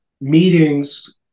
meetings